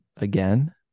again